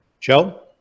Joe